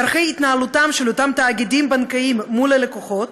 דרכי התנהלותם של אותם תאגידים בנקאיים מול הלקוחות